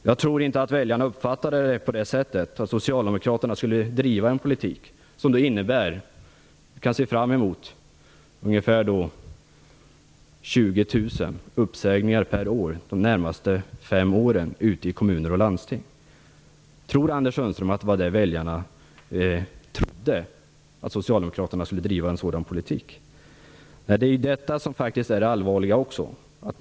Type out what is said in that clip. Jag tror inte att väljarna uppfattade att socialdemokraterna skulle driva en politik som innebär att vi kan se fram emot ungefär 20 000 uppsägningar per år de närmaste fem åren ute i kommuner och landsting. Tror Anders Sundström att väljarna insåg att socialdemokraterna skulle driva en sådan politik? Nej, detta är faktiskt också något som är allvarligt.